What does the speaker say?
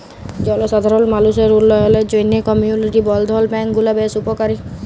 জলসাধারল মালুসের উল্ল্যয়লের জ্যনহে কমিউলিটি বলধ্ল ব্যাংক গুলা বেশ উপকারী